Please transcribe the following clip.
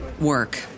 work